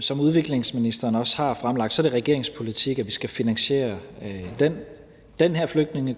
Som udviklingsministeren også har fremlagt, er det regeringens politik, at vi skal finansiere den her